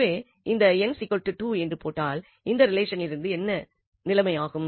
எனவேஇங்கு n2 என்று போட்டால் இந்த ரிலேஷனின் நிலை என்ன ஆகும்